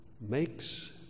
makes